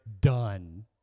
done